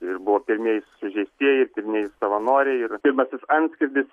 ir buvo pirmieji sužeistieji ir pirmieji savanoriai ir pirmasis antskrydis